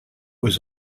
was